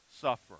suffer